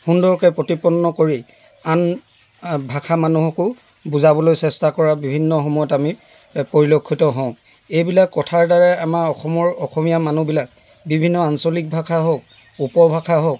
সুন্দৰকৈ প্ৰতিপন্ন কৰি আন ভাষা মানুহকো বুজাবলৈ চেষ্টা কৰা বিভিন্ন সময়ত আমি পৰিলক্ষিত হওঁ এইবিলাক কথাৰ দ্বাৰাই আমাৰ অসমৰ অসমীয়া মানুহবিলাক বিভিন্ন আঞ্চলিক ভাষা হওক উপভাষা হওক